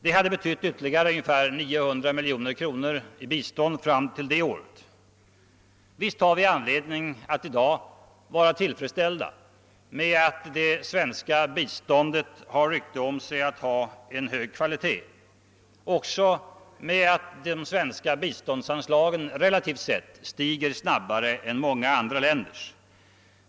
Det hade betytt ytterligare ungefär 900 miljoner kronor i bistånd fram till det året. Visst har vi anledning att i dag vara tillfredsställda med att det svenska biståndet har rykte om sig att ha en hög kvalitet. Vi kan också vara nöjda med att det svenska statliga biståndsanslaget relativt sett stiger snabbare än många andra länders.